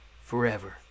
forever